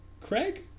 Craig